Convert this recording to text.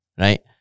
Right